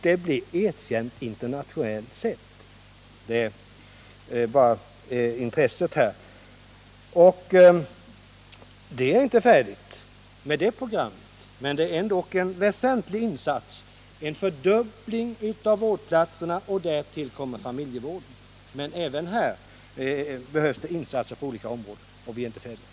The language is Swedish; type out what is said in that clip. Det fick också internationellt erkännande. Arbetet är inte färdigt i och med det programmet. Det innebar emellertid väsentliga insatser: en fördubbling av vårdplatserna. Och därtill kom familjevården. Men det behövs fler insatser på olika områden. Vi är inte färdiga än.